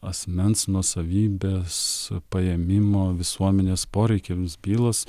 asmens nuosavybės paėmimo visuomenės poreikiams bylos